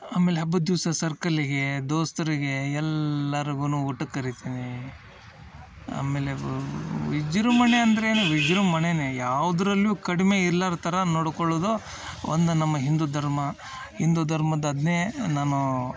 ಆಮೇಲೆ ಹಬ್ಬದ ದಿವಸ ಸರ್ಕಲ್ಲಿಗೆ ದೋಸ್ತ್ರಿಗೆ ಎಲ್ಲಾರ್ಗು ಊಟಕ್ಕೆ ಕರಿತೀನಿ ಆಮೇಲೆ ವಿಜೃಂಭಣೆ ಅಂದ್ರೇನು ವಿಜೃಂಭಣೆಯೇ ಯಾವ್ದರಲ್ಲು ಕಡಿಮೆ ಇರ್ಲಾರ ಥರ ನೋಡ್ಕೊಳ್ಳೋದು ಒಂದು ನಮ್ಮ ಹಿಂದೂ ಧರ್ಮ ಹಿಂದೂ ಧರ್ಮದ್ ಅದ್ನೇ ನಾನು